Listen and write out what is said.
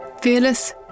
Fearless